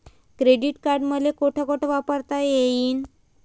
Credit card मले कोठ कोठ वापरता येईन?